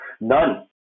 None